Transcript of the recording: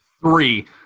Three